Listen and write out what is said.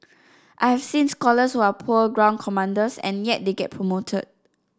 I've seen scholars who are poor ground commanders and yet they get promoted